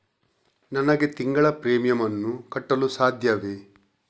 ನನಗೆ ತಿಂಗಳ ಪ್ರೀಮಿಯಮ್ ಅನ್ನು ಕಟ್ಟಲು ಸಾಧ್ಯವೇ?